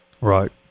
Right